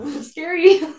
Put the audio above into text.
Scary